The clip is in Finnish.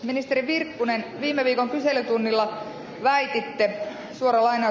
ministeri virkkunen viime viikon kyselytunnilla väititte